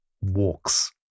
Walks